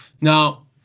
now